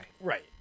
Right